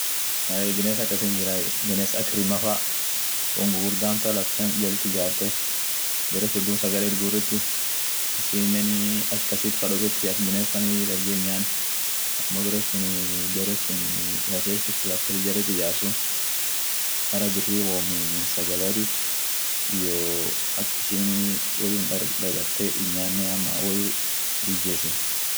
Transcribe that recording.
ahey biness akasi hinjiray biness ak rimma fa won gugurda hamtu laf tan jalit ijarte baresun duum sagale it gureti isinenii ash kasit fa doketi ak biness fanii darge hin'nyaan amo beresunii beresuni ka ishin ash kasit laf jalit ijart sun mara birri wom sagaleatif iyyoo ak ishinii woyyu hindagarte hin; nyanne ama woyyu hi ijesin.